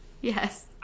Yes